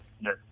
Yes